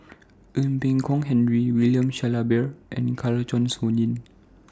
Ee Boon Kong Henry William Shellabear and Kanwaljit Soin